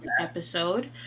episode